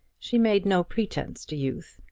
she made no pretence to youth,